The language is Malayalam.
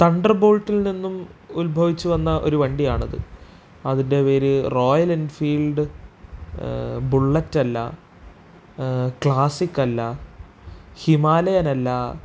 തണ്ടർ ബോൾട്ടിൽ നിന്നും ഉത്ഭവിച്ചു വന്ന ഒരു വണ്ടിയാണത് അതിൻ്റെ പേര് റോയൽ എൻഫീൽഡ് ബുള്ളറ്റല്ല ക്ലാസിക്കല്ല ഹിമാലയനല്ല